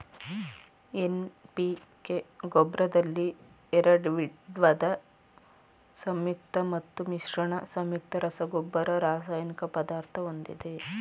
NPK ಗೊಬ್ರದಲ್ಲಿ ಎರಡ್ವಿದ ಸಂಯುಕ್ತ ಮತ್ತು ಮಿಶ್ರಣ ಸಂಯುಕ್ತ ರಸಗೊಬ್ಬರ ರಾಸಾಯನಿಕ ಪದಾರ್ಥ ಹೊಂದಿದೆ